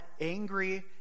angry